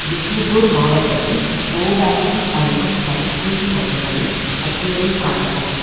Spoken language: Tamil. பிஷ்ணுபூர் மாவட்டத்தில் கோவேக்சின் அளிக்கும் தடுப்பூசி மையங்களில் பட்டியலைக் காட்டவும்